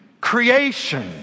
creation